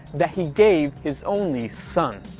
that he gave his only son.